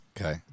Okay